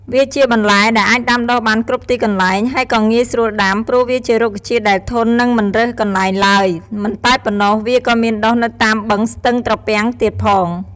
វាជាបន្លែដែលអាចដាំដុះបានគ្រប់ទីកន្លែង ហើយក៏ងាយស្រួលដាំ ព្រោះវាជារុក្ខជាតិដែលធន់ និងមិនរើសកន្លែងឡើយ មិនតែប៉ុណ្ណោះវាក៏មានដុះនៅតាមបឹងស្ទឹងត្រពាំងទៀតផង។